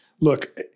look